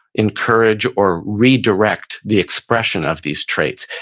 encourage, or redirect the expression of these traits.